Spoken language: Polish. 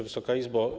Wysoka Izbo!